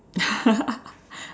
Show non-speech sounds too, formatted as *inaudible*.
*laughs*